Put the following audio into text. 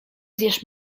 zjesz